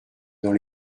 dans